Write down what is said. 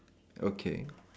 okay